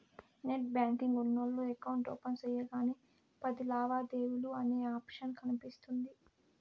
net banking ఉన్నోల్లు account open సెయ్యగానే పది లావాదేవీలు అనే ఆప్షన్ కనిపిస్తుంది